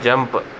jump